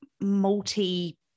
multi